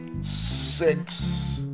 six